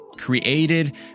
created